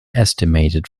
estimated